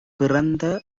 பிறந்த